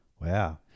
Wow